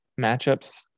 matchups